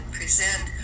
present